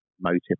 motive